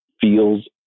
feels